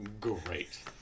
great